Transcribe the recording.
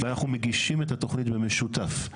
ואנחנו מגישים את התוכנית במשותף.